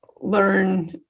learn